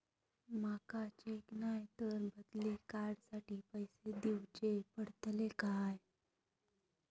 माका चेक नाय तर बदली कार्ड साठी पैसे दीवचे पडतले काय?